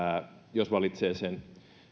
jos valitsee sen